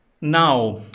Now